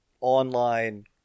online